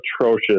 atrocious